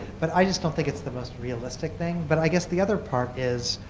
but i just don't think it's the most realistic thing. but i guess the other part is